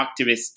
activists